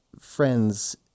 friends